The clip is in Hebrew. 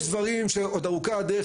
יש דברים שעוד ארוכה הדרך,